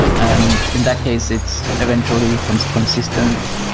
and in that case, it's eventually um consistent.